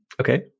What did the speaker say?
Okay